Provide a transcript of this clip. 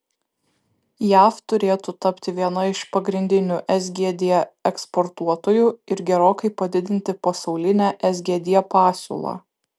jav turėtų tapti viena iš pagrindinių sgd eksportuotojų ir gerokai padidinti pasaulinę sgd pasiūlą